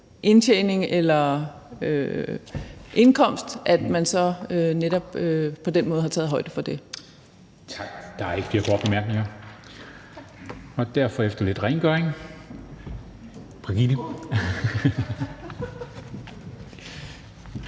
indtjening eller indkomst, så er der også netop på den måde taget højde for det.